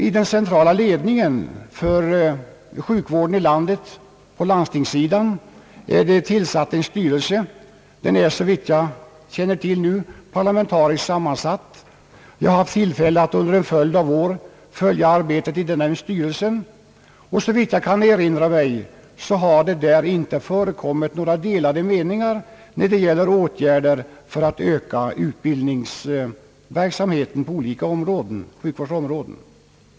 I den centrala ledningen för sjukvården i landet, på landstingssidan, är en styrelse tillsatt. Den är såvitt jag känner till parlamentariskt sammansatt. Jag har haft tillfälle att under en följd av år följa arbetet i denna styrelse. Såvitt jag kan erinra mig har där inte förekommit några delade meningar när det gäller åtgärder för att öka utbildningsverksamheten på olika sjukvårdsområden.